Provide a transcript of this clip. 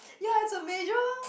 ya it's a major